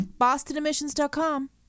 BostonEmissions.com